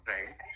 Right